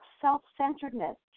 self-centeredness